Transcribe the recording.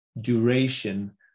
duration